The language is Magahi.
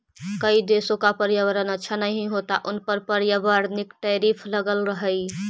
कई देशों का पर्यावरण अच्छा नहीं होता उन पर पर्यावरणिक टैरिफ लगअ हई